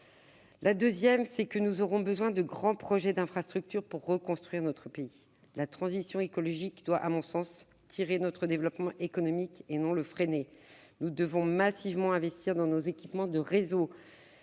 se creuser. Ensuite, nous aurons besoin de grands projets d'infrastructures pour reconstruire notre pays. La transition écologique doit tirer notre développement économique, et non le freiner. Nous devrons massivement investir dans nos équipements de réseau,